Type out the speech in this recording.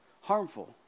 harmful